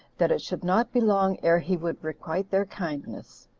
that it should not be long ere he would requite their kindness.